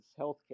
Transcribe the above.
healthcare